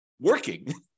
working